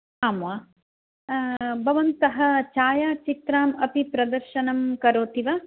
आम् वा भवन्तः छायाचित्रान् अपि प्रदर्शनं करोति वा